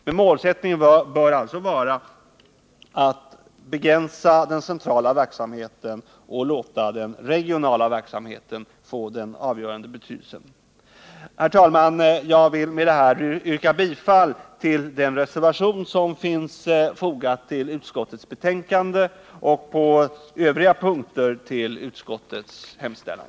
Men målsättningen bör alltså vara att begränsa den centrala verksamheten och låta den regionala verksamheten få den avgörande betydelsen. Herr talman! Jag vill med detta yrka bifall till den reservation som är fogad till utskottets betänkande och på övriga punkter till utskottets hemställan.